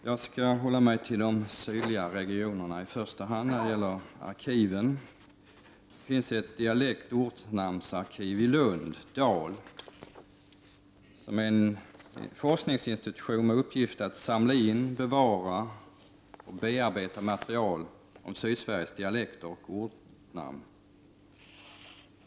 Fru talman! Jag skall när det gäller arkiven i första hand hålla mig till de sydligare regionerna. Det finns ett dialektoch ortnamnsarkiv i Lund, DAL, som är en forskningsinstitution med uppgift att samla in, bevara och bearbeta material om Sydsveriges dialekter och ortnamn.